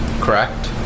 Correct